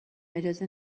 اجازه